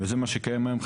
שזה מה שקיים היום,